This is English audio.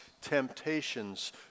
temptations